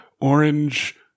orange